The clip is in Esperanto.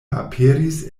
aperis